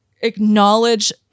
acknowledge